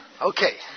Okay